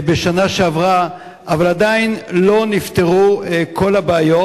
בשנה שעברה, אבל עדיין לא נפתרו כל הבעיות,